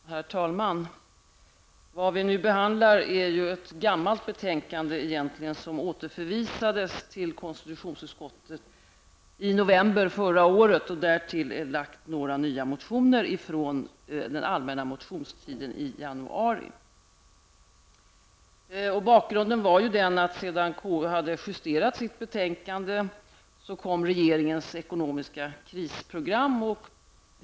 Herr talman! Vad vi nu behandlar är ju egentligen ett gammalt betänkande, som återförvisades till konstitutionsutskottet i november förra året. Därtill har lagts några nya motioner från allmänna motionstiden i januari. Bakgrunden var ju att sedan KU hade justerat sitt betänkande kom regeringens ekonomiska krisprogram.